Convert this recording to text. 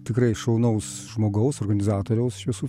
tikrai šaunaus žmogaus organizatoriaus šviesų